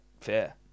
Fair